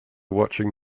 watching